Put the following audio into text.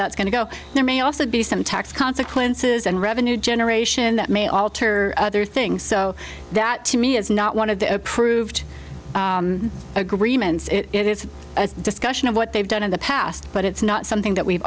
that's going to go there may also be some tax consequences and revenue generation that may alter other things so that to me is not one of the approved agreements it is a discussion of what they've done in the past but it's not something that we've